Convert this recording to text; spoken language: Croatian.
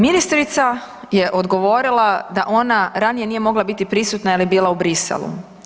Ministrica je odgovorila da ona ranije nije mogla biti prisutna jer je bila u Bruxellesu.